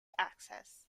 access